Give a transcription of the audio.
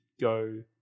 go